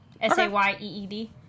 S-A-Y-E-E-D